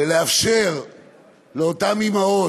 ולאפשר לאותן אימהות,